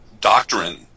doctrine